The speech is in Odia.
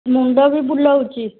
ମୁଣ୍ଡ ବି ବୁଲାଉଛି